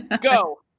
Go